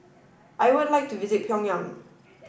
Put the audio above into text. I would like to visit Pyongyang